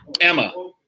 Emma